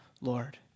Lord